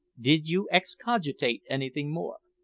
did you excogitate anything more?